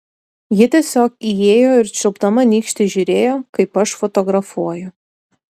ji tiesiog įėjo ir čiulpdama nykštį žiūrėjo kaip aš fotografuoju